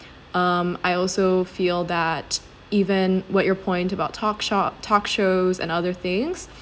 um I also feel that even what your point about talk shop talk shows and other things